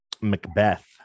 Macbeth